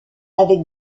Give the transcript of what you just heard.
avec